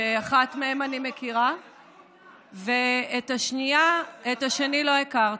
שאחת מהם אני מכירה ואת השני לא הכרתי,